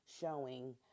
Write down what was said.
showing